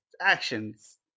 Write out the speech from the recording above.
actions